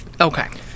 Okay